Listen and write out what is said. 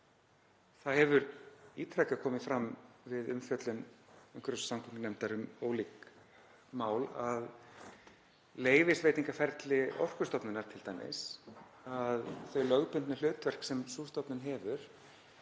Það hefur ítrekað komið fram við umfjöllun umhverfis- og samgöngunefndar um ólík mál, um leyfisveitingaferli Orkustofnunar t.d. og þau lögbundnu hlutverk sem sú stofnun hefur,